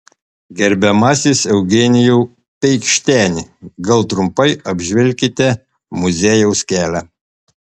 gerbiamasis eugenijau peikšteni gal trumpai apžvelkite muziejaus kelią